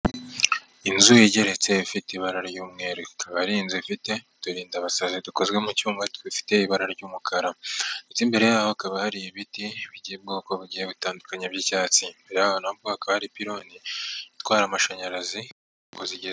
Inzu igeretse ifite ibara ry'umweru, ikaba ari inzu ifite uturindabasazi dukozwe mu cyuma dufite ibara ry'umukara, ndetse imbere yaho hakaba hari ibiti biri mu bwoko bugiye butandukanye bw'icyatsi, imbere yaho gato hakaba hari ipironi itwara amashanyarazi mu ingo zigiye zitandukanye.